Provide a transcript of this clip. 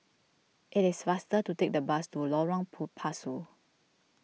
it is faster to take the bus to Lorong Pu Pasu